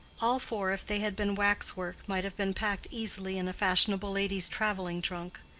all four, if they had been wax-work, might have been packed easily in a fashionable lady's traveling trunk.